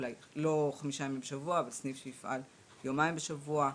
לא חמישה ימים בשבוע אבל יומיים בשבוע,